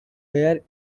where